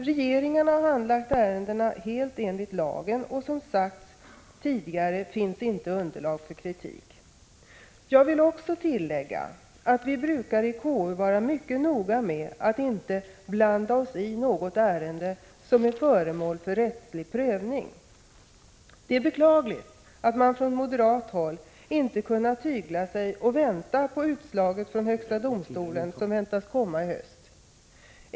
Regeringen har handlagt ärendena helt enligt lagen och det finns, som sagts tidigare, inte underlag för kritik. Jag vill tillägga att vi i konstitutionsutskottet brukar vara mycket noga med att inte blanda oss i något ärende som är föremål för rättslig prövning. Det är beklagligt att man från moderat håll inte kunnat tygla sig och vänta på utslaget i högsta domstolen, vilket väntas komma i höst.